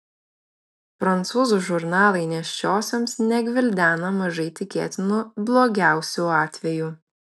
prancūzų žurnalai nėščiosioms negvildena mažai tikėtinų blogiausių atvejų